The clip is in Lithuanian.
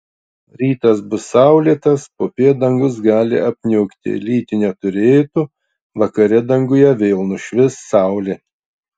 rytas bus saulėtas popiet dangus gali apniukti lyti neturėtų vakare danguje vėl nušvis saulė